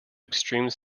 extreme